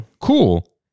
cool